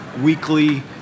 weekly